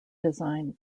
design